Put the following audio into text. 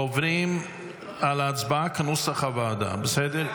10). עוברים להצבעה, בנוסח הוועדה, בסדר?